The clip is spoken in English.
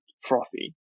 frothy